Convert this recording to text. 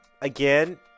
again